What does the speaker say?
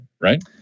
right